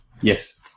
Yes